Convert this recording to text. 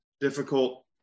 difficult